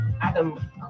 Adam